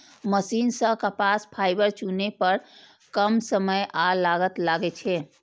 machine सं कपास fibre चुनै पर कम समय आ लागत लागै छै